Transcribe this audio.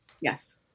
Yes